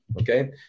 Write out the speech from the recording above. okay